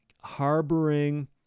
harboring